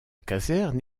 caserne